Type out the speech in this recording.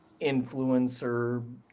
influencer